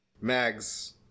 Mags